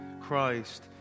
Christ